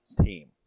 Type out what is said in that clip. team